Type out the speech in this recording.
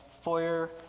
foyer